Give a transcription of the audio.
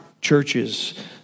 churches